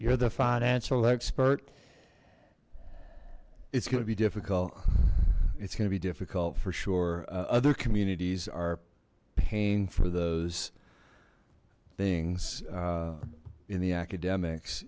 your the financial expert it's gonna be difficult it's gonna be difficult for sure other communities are paying for those things in the academics